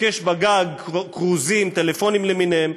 "הקש בגג", כרוזים, טלפונים למיניהם,